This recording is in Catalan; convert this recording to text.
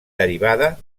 derivada